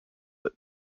that